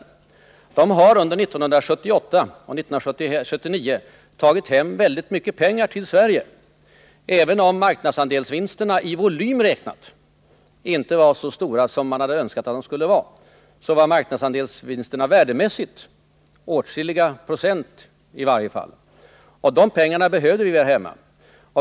Men de har faktiskt under sina affärer under 1978 och 1979 fört hem väldigt mycket pengar till Sverige. Även om marknadsandelsvinsterna i volym räknat inte var så stora som man hade önskat att de skulle vara, så var marknadsandelsvinsterna värdemässigt åtskilliga procent i varje fall, och de pengarna behövde vi här hemma.